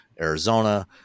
Arizona